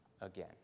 again